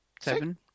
seven